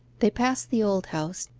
they passed the old house,